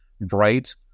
bright